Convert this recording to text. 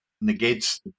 negates